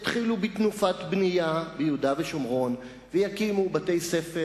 אם יתחילו בתנופת בנייה ביהודה ושומרון ויקימו בתי-ספר